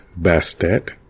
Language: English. Bastet